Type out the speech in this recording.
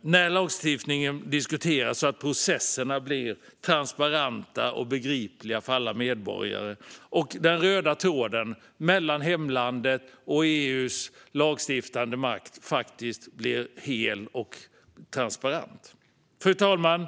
när lagstiftning diskuteras så att processerna blir transparenta och begripliga för alla medborgare. Den röda tråden mellan hemlandet och EU:s lagstiftande makt måste bli hel och transparent. Fru talman!